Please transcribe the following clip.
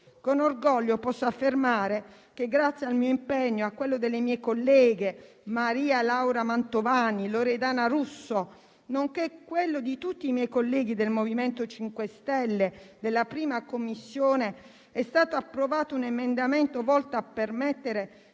Con orgoglio posso affermare che, grazie al mio impegno e a quello delle mie colleghe Mantovani e Russo, nonché di tutti i miei colleghi del MoVimento 5 Stelle della 1a Commissione, è stato approvato un emendamento volto a permettere